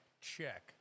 check